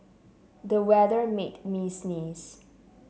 the weather made me sneeze